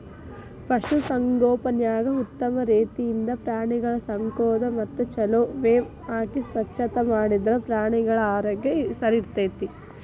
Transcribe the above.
ಪಶು ಸಂಗೋಪನ್ಯಾಗ ಉತ್ತಮ ರೇತಿಯಿಂದ ಪ್ರಾಣಿಗಳ ಸಾಕೋದು ಮತ್ತ ಚೊಲೋ ಮೇವ್ ಹಾಕಿ ಸ್ವಚ್ಛತಾ ಮಾಡಿದ್ರ ಪ್ರಾಣಿಗಳ ಆರೋಗ್ಯ ಸರಿಇರ್ತೇತಿ